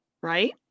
Right